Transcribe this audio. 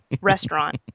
restaurant